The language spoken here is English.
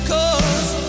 Cause